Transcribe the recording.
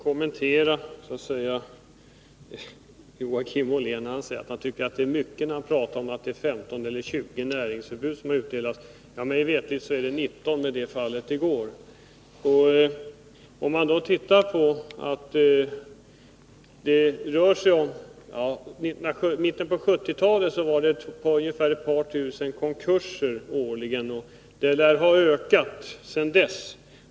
Fru talman! Låt mig göra en kommentar med anledning av att Joakim Ollén sade att han tycker att 15 eller 20 näringsförbud är mycket. Mig veterligt rör det sig om 19, om man räknar med fallet i går. I mitten av 1970-talet inträffade ungefär ett par tusen konkurser årligen, och konkurserna lär ha ökat i antal sedan dess.